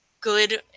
good